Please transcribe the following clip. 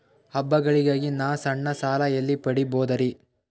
ಹಬ್ಬಗಳಿಗಾಗಿ ನಾ ಸಣ್ಣ ಸಾಲ ಎಲ್ಲಿ ಪಡಿಬೋದರಿ?